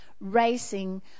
racing